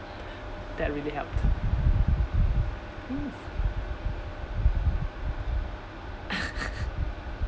that really helped mm